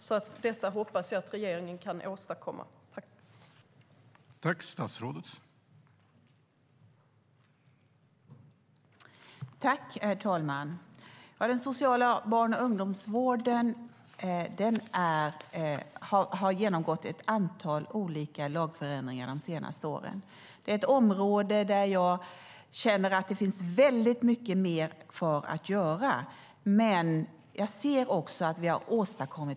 Jag hoppas att regeringen kan åstadkomma det.